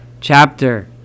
chapter